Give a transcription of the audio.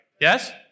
Yes